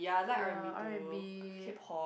ya R and B